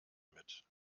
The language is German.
mit